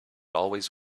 always